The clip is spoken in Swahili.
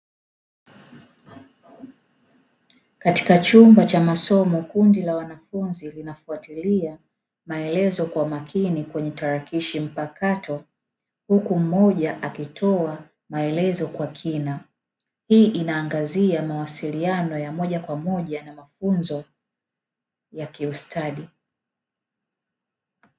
Katika chumba cha masomo kundi la wanafunzi linafuatilia maelezo kwa makini kwenye tarakilishi mpakato huku mmoja akitoa maelezo kwa kina; hii inaangazia mawasiliano ya moja kwa moja na mafunzo ya kiustadi.